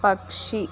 పక్షి